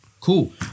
Cool